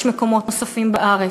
ויש מקומות נוספים בארץ.